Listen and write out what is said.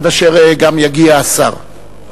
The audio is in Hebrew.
עד אשר יגיע השר.